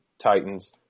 Titans